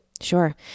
Sure